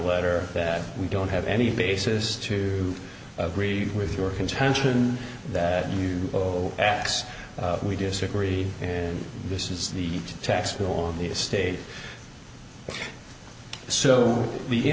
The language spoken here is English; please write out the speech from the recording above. letter that we don't have any basis to agree with your contention that you owe x we disagree and this is the tax bill on the estate so the